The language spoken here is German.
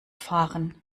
fahren